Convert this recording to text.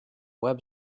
web